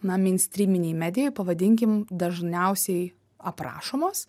na ministryminėj medijoj pavadinkim dažniausiai aprašomos